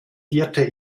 vierte